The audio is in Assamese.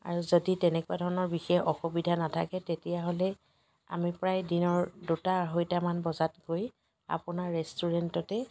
আৰু যদি তেনেকুৱা ধৰণৰ বিশেষ অসুবিধা নাথাকে তেতিয়াহ'লে আমি প্ৰায় দিনৰ দুটা আঢ়ৈটামান বজাত গৈ আপোনাৰ ৰেষ্টুৰেণ্টতে